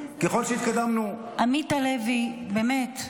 עמית הלוי, באמת.